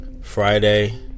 Friday